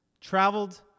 traveled